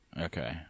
Okay